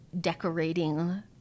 decorating